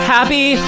Happy